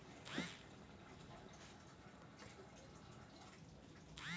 आम्ही भविष्यासाठी सोन्याची नाणी खरेदी करुन ठेवली आहेत